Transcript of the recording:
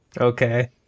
Okay